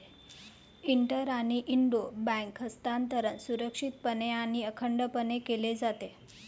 inter आणि intra bank हस्तांतरण सुरक्षितपणे आणि अखंडपणे केले जाते